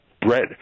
bread